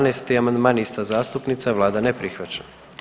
12. amandman, ista zastupnica, Vlada ne prihvaća.